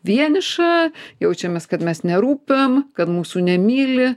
vieniša jaučiamės kad mes nerūpim kad mūsų nemyli